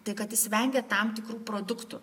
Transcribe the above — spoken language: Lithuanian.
tai kad jis vengia tam tikrų produktų